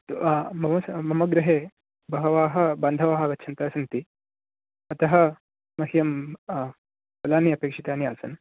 अस्तु आ मम मम गृहे बहवः बान्धवः आगच्छन्तः सन्ति अतः मह्यं फलानि अपेक्षितानि आसन्